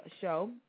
show